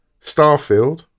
Starfield